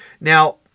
Now